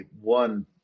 one